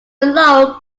below